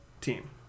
team